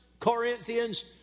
Corinthians